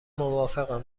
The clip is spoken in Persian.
موافقم